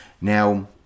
Now